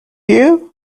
you